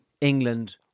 England